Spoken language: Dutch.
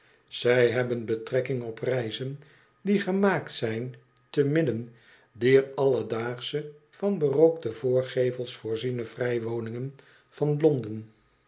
zij hebben betrekking op reizen die gemaakt zijn te midden dier alledaagsche van berookte voorgevels voorziene vrij woningen van londen